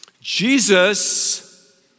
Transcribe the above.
Jesus